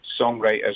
songwriters